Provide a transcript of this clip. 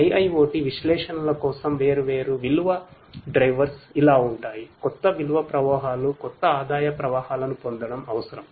IIoT విశ్లేషణల కోసం వేర్వేరు విలువ డ్రైవర్లు ఇలా ఉంటాయి కొత్త విలువ ప్రవాహాలు కొత్త ఆదాయ ప్రవాహాలను పొందడం అవసరం